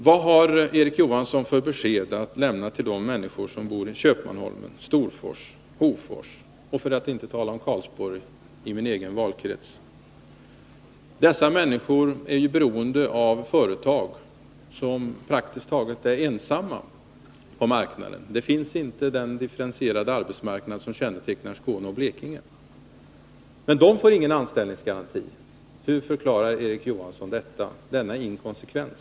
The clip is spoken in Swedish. Vad har Erik Johansson för besked att lämna till de människor som bor i Köpmanholmen, Storfors och Hofors, för att inte tala om Karlsborg i min egen valkrets? Dessa människor är beroende av företag som praktiskt taget är ensamma på marknaden. Där finns det inte en sådan differentierad arbetsmarknad som kännetecknar Skåne och Blekinge. Men de får ingen anställningsgaranti. Hur förklarar Erik Johansson denna inkonsekvens?